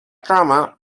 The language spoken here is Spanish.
cama